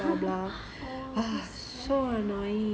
oh so sad